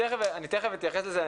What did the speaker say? תיכף אתייחס לזה.